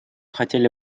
хотели